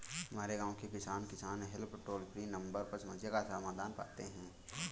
हमारे गांव के किसान, किसान हेल्प टोल फ्री नंबर पर समस्या का समाधान पाते हैं